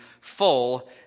full